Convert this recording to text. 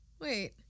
Wait